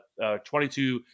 22